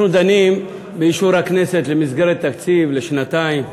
אנחנו דנים באישור הכנסת למסגרת תקציב לשנתיים.